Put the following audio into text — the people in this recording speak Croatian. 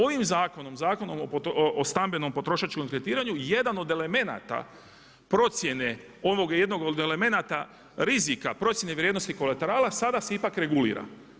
Ovim zakonom, Zakonom o stambenom potrošačkom kreditiranju jedan od elemenata procjene ovoga jednog od elemenata rizika procjene vrijednosti kolaterala sada se ipak regulira.